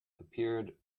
appeared